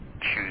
choose